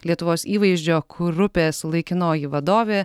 lietuvos įvaizdžio grupės laikinoji vadovė